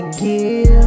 give